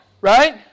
Right